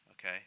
okay